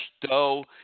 dough